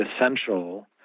essential